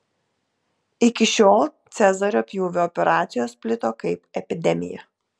iki šiol cezario pjūvio operacijos plito kaip epidemija